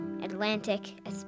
Atlantic